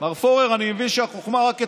מר פורר, אני מבין שהחוכמה רק אצלכם,